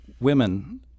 women